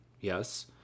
Yes